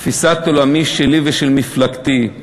תפיסת העולם שלי ושל מפלגתי,